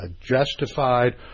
justified